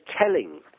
telling